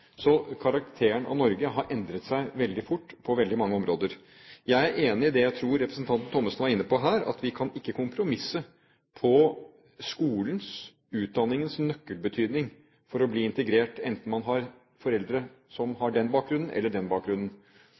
Så Norges karakter har endret seg veldig fort på veldig mange områder. Jeg er enig i det representanten Thommessen var inne på her, at vi kan ikke kompromisse på skolens – utdanningens – nøkkelbetydning for å bli integrert, enten man har foreldre som har den bakgrunnen eller den bakgrunnen.